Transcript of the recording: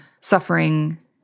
suffering